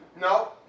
No